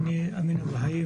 אני אמין אבו חייה,